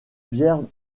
bières